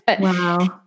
Wow